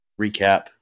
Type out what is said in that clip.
recap